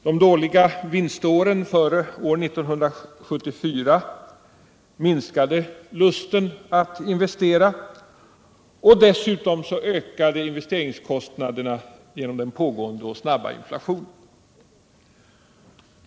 De dåliga vinståren före 1974 minskade lusten att investera, och dessutom ökade investeringskostnaderna genom den pågående och snabba inflationen.